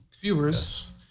viewers